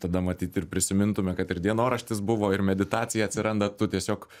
tada matyt ir prisimintume kad ir dienoraštis buvo ir meditacija atsiranda tu tiesiog